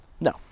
No